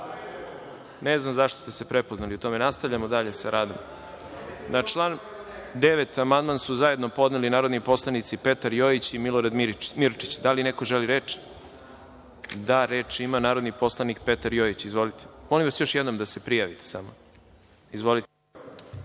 Ne znam zašto ste se prepoznali u tome. Nastavljamo dalje sa radom. Na član 9. amandman su zajedno podneli narodni poslanici Petar Jojić i Milorad Mirčić. Da li neko želi reč? (Da.)Reč ima narodni poslanik Petar Jojić. Izvolite. **Petar Jojić** Dame i gospodo, u ime